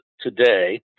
today